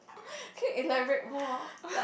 can you elaborate more